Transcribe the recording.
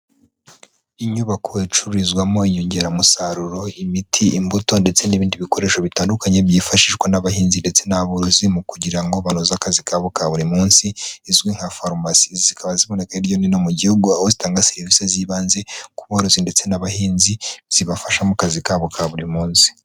Inyubako icururizwamo inyongeramusaruro imiti, imbuto, ndetse n'ibindi bikoresho bitandukanye byifashishwa n'abahinzi ndetse n'aborozi mu kugira ngo banoze akazi kabo ka buri munsi, izwi nka farumasi, zikaba ziboneka hirya no hino mu gihugu aho zitanga serivisi z'ibanze ku borozi ndetse n'abahinzi, zibafasha mu kazi kabo ka buri munsi.